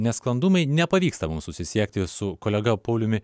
nesklandumai nepavyksta mums susisiekti su kolega pauliumi